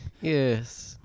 Yes